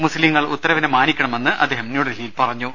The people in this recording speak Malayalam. മുസ്ലിംങ്ങൾ ഉത്തരവിനെ മാനിക്കണമെന്ന് അദ്ദേഹം ന്യൂഡൽഹിയിൽ പറഞ്ഞു